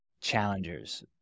challengers